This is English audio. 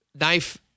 knife